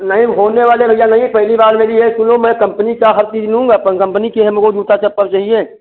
नहीं होने वाले भैया नहीं हैं पहली बार मेरी है सुनो मैं कम्पनी का हर चीज लूँगा पर कम्पनी की हमको जूता चप्पल चाहिए